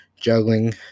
juggling